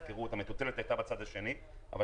המטוטלת הייתה בצד השני והייתה הפקרות,